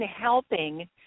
helping